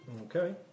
Okay